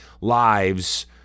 lives